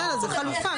בסדר, זו חלופה.